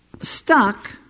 stuck